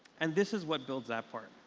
and this is what builds that part.